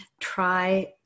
Try